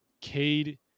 Cade